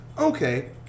okay